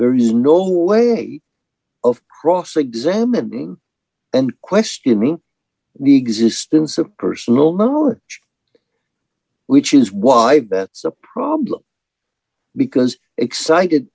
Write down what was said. there is no way of cross examining and questioning the existence of personal knowledge which is why that's a problem because excited